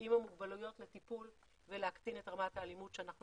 עם המוגבלויות לטיפול ולהקטין את רמת האלימות שאנחנו